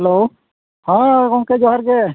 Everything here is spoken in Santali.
ᱦᱮᱞᱳ ᱦᱮᱸ ᱜᱚᱢᱠᱮ ᱡᱚᱦᱟᱨ ᱜᱮ